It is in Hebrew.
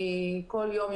כי כל יום,